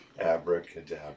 Abracadabra